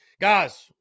Guys